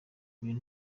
uyu